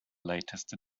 latest